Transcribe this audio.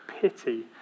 pity